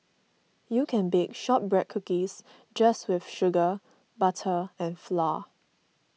you can bake Shortbread Cookies just with sugar butter and flour